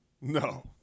No